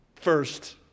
first